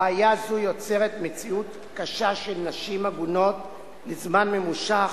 בעיה זאת יוצרת מציאות קשה של נשים עגונות לזמן ממושך,